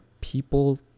people